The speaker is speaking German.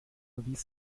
erwies